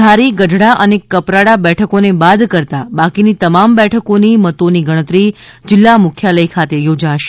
ધારી ગઢડા અને કપરાડા બેઠકોને બાદ કરતાં બાકીની તમામ બેઠકોની મતોની ગણતરી જિલ્લા મુખ્યાલય ખાતે યોજાશે